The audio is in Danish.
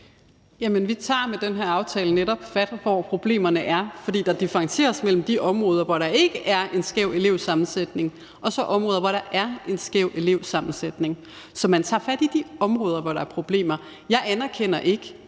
vi tager med den her aftale netop fat, hvor problemerne er. Der differentieres mellem de områder, hvor der ikke er en skæv elevsammensætning, og så de områder, hvor der er en skæv elevsammensætning. Så man tager fat i de områder, hvor der er problemer. Jeg anerkender ikke,